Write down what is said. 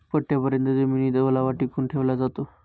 पट्टयापर्यत जमिनीत ओलावा टिकवून ठेवला जातो